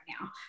now